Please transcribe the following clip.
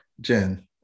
Jen